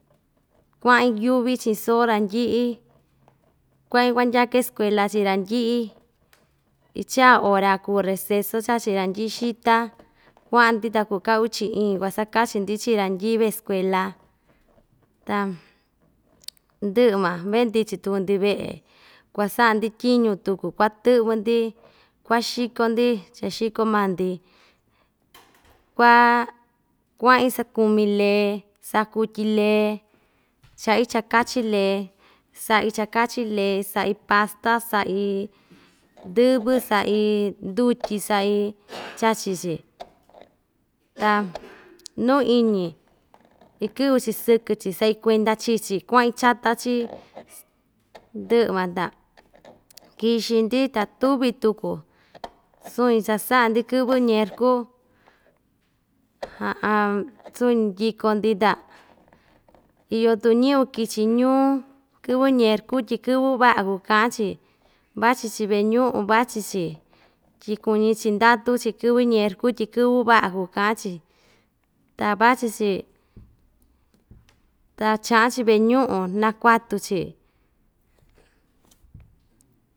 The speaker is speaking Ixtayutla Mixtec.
kua'in yuvi chi'in soo randyi'i kua'in kuandyake skuela chii randyi'i icha ora kuu receso chachi randyi'i xita kua'an‑ndi ta kuu ka uchi iin kuasakachi‑ndi chi randyi'i ve'e skuela ta ndɨ'ɨ van vendichi tuku‑ndi ve'e kuasa'a‑ndi tyiñu tuku kuatɨ'vɨ‑ndi kuaxiko‑ndi cha‑xiko maa‑ndi kua kua'in sakumi lee sakutyi lee cha'i chakachi lee sa'i chakachi lee sa'i pasta sa'i ndɨ́vɨ sa'i ndutyi sa'i chachi‑chi ta nuu iñi ikɨ'vɨ‑chi sɨkɨ‑chi sa'i kuenda chi‑chi kua'in chata‑chi ndɨ'ɨ van ta kixɨ‑ndi ta tuvi tuku suu‑ñi cha‑sa'a‑ndi kɨvɨ ñerku suu‑ñi ndyiko‑ndi ta iyo tuku ñɨvɨ kichi ñuu kɨvɨ nerku tyi kɨvɨ va'a kuu ka'an‑chi vachi‑chi ve'e ñu'un vachi‑chi tyi kuñi‑chi ndatu‑chi kɨvɨ nerku tyi kɨvɨ va'a kuu ka'an‑chi ta vachi‑chi ta cha'an‑chi ve'e ñu'un nakuatu‑chi.